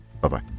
Bye-bye